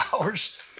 hours